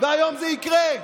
והיום זה יקרה.